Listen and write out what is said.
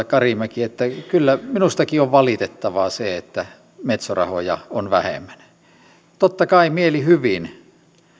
karimäki että kyllä minustakin on valitettavaa se että metso rahoja on vähemmän totta kai mielihyvin